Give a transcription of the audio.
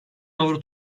avro